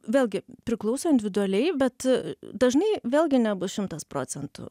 vėlgi priklauso individualiai bet dažnai vėlgi nebus šimtas procentų